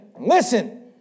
Listen